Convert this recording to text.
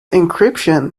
encryption